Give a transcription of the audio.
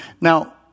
Now